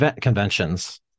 Conventions